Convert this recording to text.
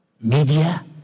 Media